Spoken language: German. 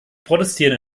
protestieren